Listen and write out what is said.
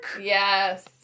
Yes